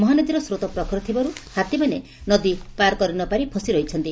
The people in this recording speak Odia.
ମହାନଦୀର ସ୍ରୋତ ପ୍ରଖର ଥିବାରୁ ହାତୀମାନେ ନଦୀ ପାରି ନ କରି ମଝିରେ ଫସି ରହିଛନ୍ତି